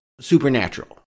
supernatural